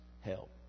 help